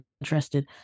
interested